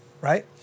Right